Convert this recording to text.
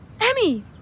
Emmy